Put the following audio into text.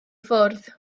ffwrdd